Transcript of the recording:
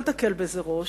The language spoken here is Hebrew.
אל תקל בזה ראש,